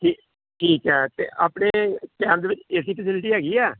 ਠੀਕ ਠੀਕ ਹੈ ਅਤੇ ਆਪਣੇ ਕੈਬ ਦੇ ਵਿੱਚ ਏ ਸੀ ਫੈਸੀਲੀਟੀ ਹੈਗੀ ਆ